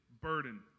burden